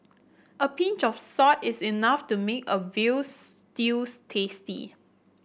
a pinch of salt is enough to make a veal stews tasty